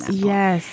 yes.